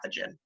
pathogen